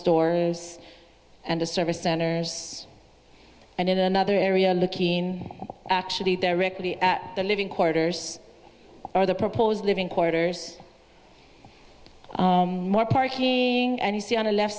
stores and the service centers and in another area looking actually there regularly at the living quarters are the proposed living quarters more parking and you see on the left